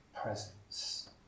presence